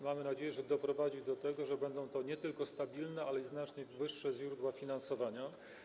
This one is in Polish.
Mam nadzieję, że ta ustawa doprowadzi do tego, że będą to nie tylko stabilne, ale i znacznie wyższe źródła finansowania.